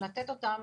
לתת אותם